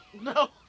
No